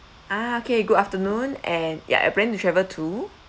ah okay good afternoon and ya you're planning to travel to